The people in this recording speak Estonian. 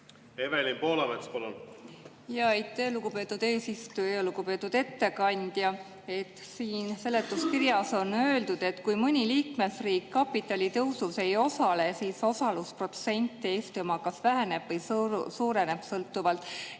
Evelin Poolamets, palun! Aitäh, lugupeetud eesistuja! Lugupeetud ettekandja! Siin seletuskirjas on öeldud, et kui mõni liikmesriik kapitalitõusus ei osale, siis osalusprotsent – Eesti oma –, kas väheneb või suureneb sõltuvalt.